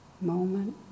moment